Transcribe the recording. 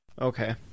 Okay